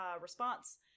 response